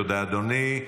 תודה, אדוני.